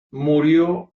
murió